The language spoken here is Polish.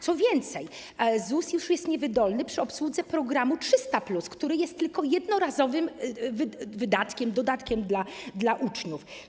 Co więcej, ZUS jest niewydolny już przy obsłudze programu 300+, który jest tylko jednorazowym wydatkiem, dodatkiem dla uczniów.